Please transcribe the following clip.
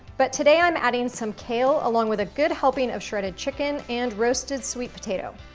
but, today, i'm adding some kale, along with a good helping of shredded chicken and roasted sweet potato.